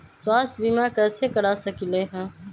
स्वाथ्य बीमा कैसे करा सकीले है?